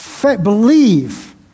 believe